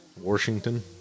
Washington